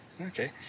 Okay